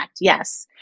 Yes